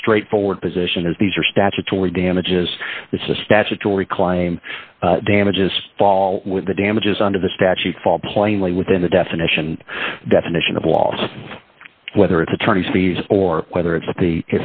straightforward position is these are statutory damages it's a statutory clime damages fall with the damages under the statute fall plainly within the definition definition of loss whether it's attorneys fees or whether it's the